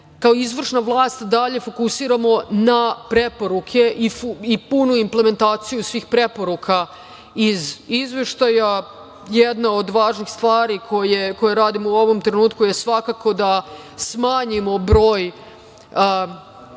kao izvršna vlast dalje fokusiramo na preporuke i punu implementaciju svih preporuka iz izveštaja. Jedna od važnih stvari koje radimo u ovom trenutku je svakako da smanjimo broj